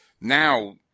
Now